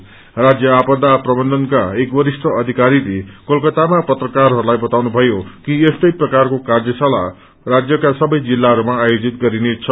रराजय आपदा प्रबन्धनका एक वरिष्ठ अधिकरीले कोलकत्तामा पत्रकारहरूलाई बताउनुभयो कि यस्तै प्रकारको काम्रशाला राज्यका सबे जिलाहरूमा आयोजित गरिनेछ